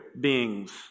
beings